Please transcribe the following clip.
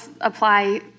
apply